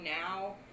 now